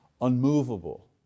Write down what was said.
unmovable